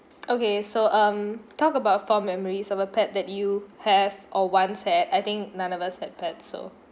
okay so um talk about fond memories of a pet that you have or once had I think none of us had pets so